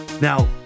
now